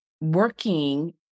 working